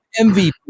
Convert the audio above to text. MVP